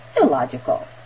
illogical